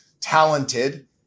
talented